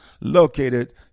located